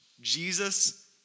Jesus